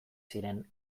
ziren